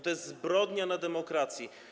To jest zbrodnia na demokracji.